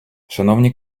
шановні